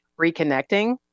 reconnecting